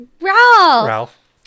Ralph